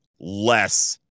less